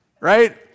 right